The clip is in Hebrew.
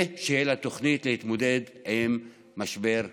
ושתהיה לה תוכנית להתמודד עם משבר הקורונה.